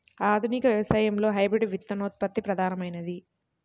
ఆధునిక వ్యవసాయంలో హైబ్రిడ్ విత్తనోత్పత్తి ప్రధానమైనది